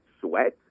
sweat